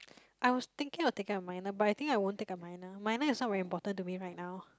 I was thinking of taking a minor but I think I won't take a minor minor is not very important to me right now